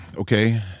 Okay